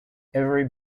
every